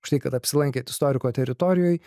už tai kad apsilankėt istoriko teritorijoj